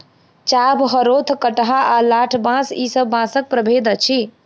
चाभ, हरोथ, कंटहा आ लठबाँस ई सब बाँसक प्रभेद अछि